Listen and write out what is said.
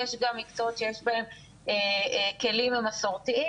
יש גם מקצועות שיש בהם הכלים המסורתיים,